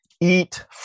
eat